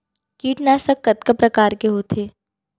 कीटनाशक कतका प्रकार के होथे?